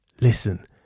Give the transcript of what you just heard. listen